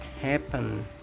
happen